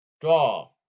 Draw